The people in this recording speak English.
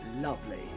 Lovely